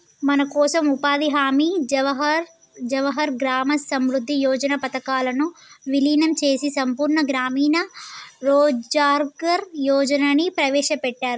మనకోసం ఉపాధి హామీ జవహర్ గ్రామ సమృద్ధి యోజన పథకాలను వీలినం చేసి సంపూర్ణ గ్రామీణ రోజ్గార్ యోజనని ప్రవేశపెట్టారు